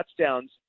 touchdowns